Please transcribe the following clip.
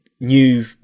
new